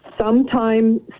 Sometime